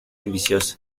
ambiciosa